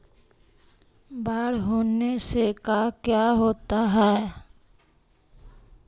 बाढ़ होने से का क्या होता है?